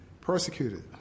Persecuted